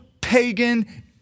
pagan